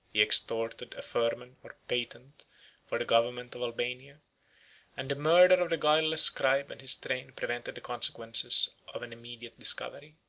he extorted a firman or patent for the government of albania and the murder of the guiltless scribe and his train prevented the consequences of an immediate discovery.